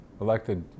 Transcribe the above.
elected